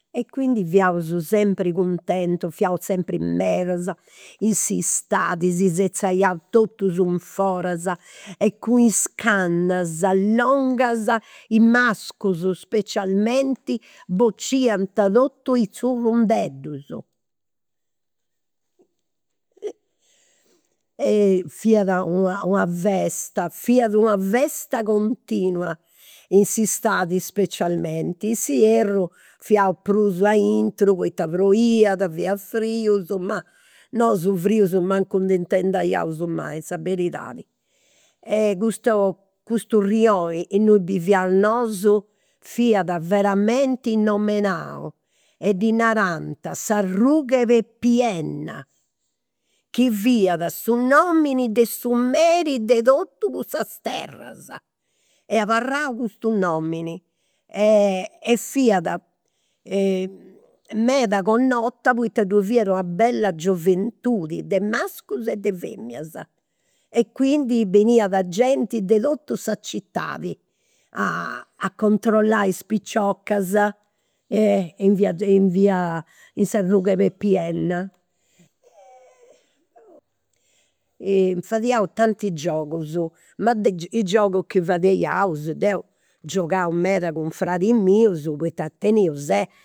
E quindi fiaus sempri cuntentus, fiaus sempri medas. In s'istadi si sezaiaus totus in foras e cun is cannas longas, i specialmenti, bociant totus is zurrundeddus. Fiat una una festa, fiat una festa continua, in s'istadi specialmenti. In s'ierru fiaus prus aintru poita proiat, fia frius, ma, nosu frius mancu nd'intendaiaus mai, sa beridadi. Custu, custu rioni innui biviaus nosu fiat veramenti nomenau e ddi narant sa ruga 'e Pepi Enna. Chi fiat su nomini de su meri de totus cussa terras. Est abarrau custu nomini e e fiat meda connota poita ddoi fiat una bella gioventudi, de mascus e de feminas. E quindi beniat genti de totu sa citadi a a controllai is piciocas in via in via, in sa ruga 'e Pepi Enna. Fadiaus tanti giogus ma i giogus chi, deu giogau meda cun fradis mius poita teniu ses